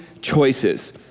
choices